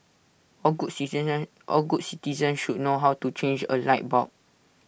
all good citizens all good citizens should learn how to change A light bulb